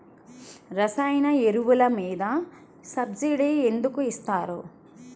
రసాయన ఎరువులు మీద సబ్సిడీ ఎందుకు ఇస్తారు?